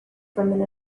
from